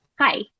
Hi